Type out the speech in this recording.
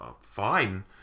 Fine